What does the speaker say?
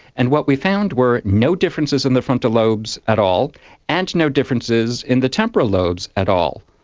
and what we found were no differences in the frontal lobes at all and no differences in the temporal lobes at all.